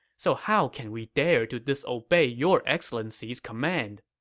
so how can we dare to disobey your excellency's command?